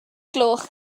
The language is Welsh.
gloch